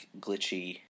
glitchy